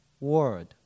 word